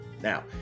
Now